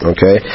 Okay